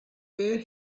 where